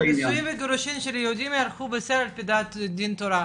"נישואין וגירושין של יהודים יערכו לפי דעת דין תורה",